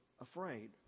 afraid